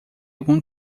algum